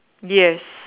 yes